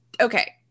Okay